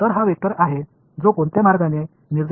तर हा वेक्टर आहे जो कोणत्या मार्गाने निर्देशित करतो